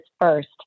first